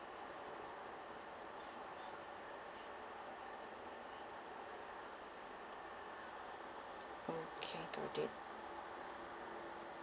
okay got it